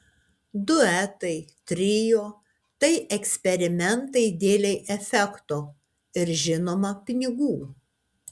duetai trio tai eksperimentai dėlei efekto ir žinoma pinigų